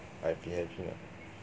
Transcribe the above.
I've been having lah